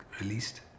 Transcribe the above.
released